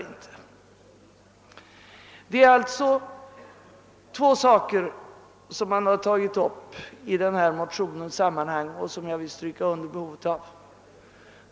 I det sammanhanget har motionärerna tagit upp två saker som jag vill stryka under.